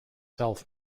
self